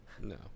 no